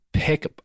Pick